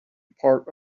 part